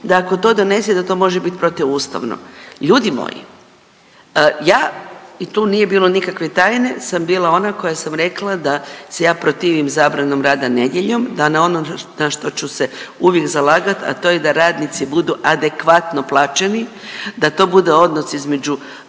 da ako to donese, da to može biti protuustavno. Ljudi moji, ja, i tu nije bilo nikakve tajne, sam bila ona koja sam rekla da se ja protivim zabrani rada nedjeljom, da na ono na što ću se uvijek zalagati, a to je da radnici budu adekvatno plaćeni, da to bude odnos između